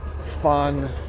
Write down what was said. fun